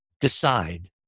decide